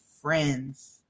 friends